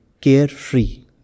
carefree